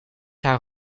haar